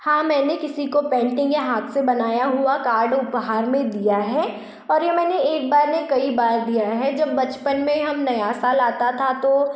हाँ मैंने किसी को पेंटिंग या हाथ से बनाया हुआ कार्ड उपहार में दिया है और यह मैंने एक बार नहीं कई बार दिया है जब बचपन में हम नया साल आता था तो